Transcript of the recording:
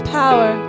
power